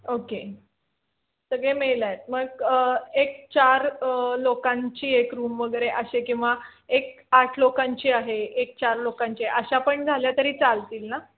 okay सगळे male आहेत मग एक चार लोकांची एक रूम वगैरे असे किंवा एक आठ लोकांची आहे एक चार लोकांची अशा पण झाल्या तरी चालतील ना